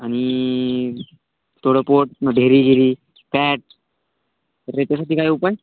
आणि थोडं पोट ढेरी घिरी पॅट तर त्याच्यासाठी काय उपाय